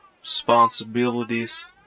Responsibilities